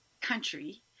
country